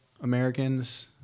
Americans